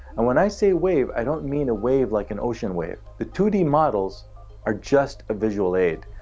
and when i say wave, i don't mean a wave like an ocean wave. the two d models are just a visual aid.